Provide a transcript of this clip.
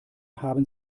haben